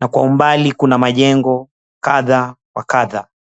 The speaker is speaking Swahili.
na kwa umbali kuna majengo kadhaa wa kadhaa.